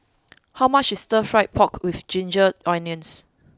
how much is stir fried pork with ginger onions